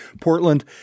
Portland